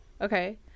Okay